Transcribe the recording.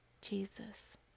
Jesus